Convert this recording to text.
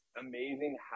amazing